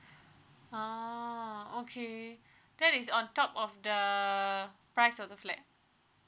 ah okay that is on top of the price of the flat